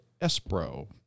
Espro